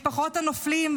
משפחות הנופלים,